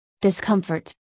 Discomfort